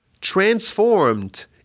transformed